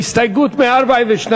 הסתייגות 142: